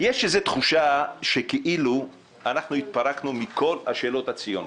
יש איזו תחושה שכאילו התפרקנו מכל השאלות הציוניות.